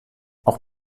auch